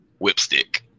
Whipstick